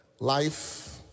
life